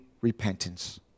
repentance